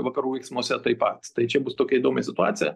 vakarų veiksmuose taip pat tai čia bus tokia įdomi situacija